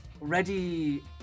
ready